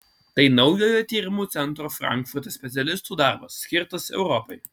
tai naujojo tyrimų centro frankfurte specialistų darbas skirtas europai